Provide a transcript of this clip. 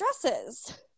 dresses